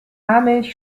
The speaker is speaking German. milch